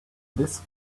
this